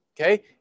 okay